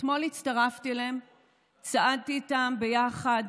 אתמול הצטרפתי אליהם וצעדתי איתם ביחד